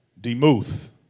Demuth